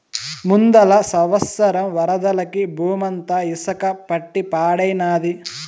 ముందల సంవత్సరం వరదలకి బూమంతా ఇసక పట్టి పాడైనాది